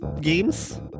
games